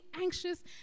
anxious